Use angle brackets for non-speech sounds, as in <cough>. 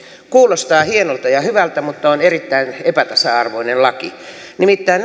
kuulostaa hienolta ja ja hyvältä mutta on erittäin epätasa arvoinen laki nimittäin <unintelligible>